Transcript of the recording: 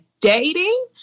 dating